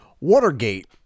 Watergate